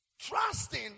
trusting